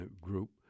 group